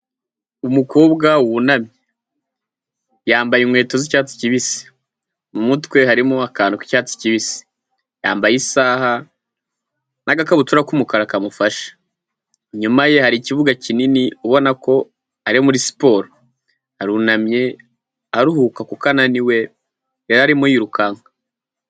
Umukobwa wunamye, yambaye inkweto z'icyatsi kibisi, mu mutwe harimo akantu k'icyatsi kibisi, yambaye isaha n'agakabutura k'umukara kamufashe, inyuma ye hari ikibuga kinini, ubona ko ari muri siporo, arunamye aruhuka kuko ananiwe yari arimo yirukanka.